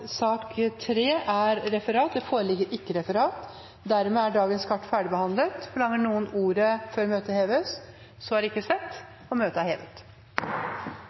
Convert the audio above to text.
Det foreligger ikke noe referat. Dermed er dagens kart ferdigbehandlet. Forlanger noen ordet før møtet heves? – Så er ikke skjedd. Møtet er hevet.